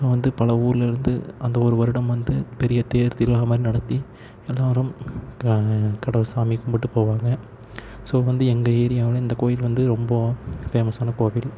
so வந்து பல ஊர்லேருந்து அந்த ஒரு வருடம் வந்து பெரிய தேர் திருவிழா மாதிரி நடத்தி எல்லோரும் கடவுள் சாமி கும்பிட்டு போவாங்க ஸோ வந்து எங்கள் ஏரியாவில் இந்த கோயில் வந்து ரொம்ப ஃபேமஸான கோவில்